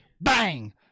Bang